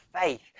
faith